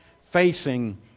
Facing